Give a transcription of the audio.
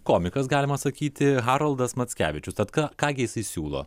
komikas galima sakyti haroldas mackevičius tad ką ką gi jisai siūlo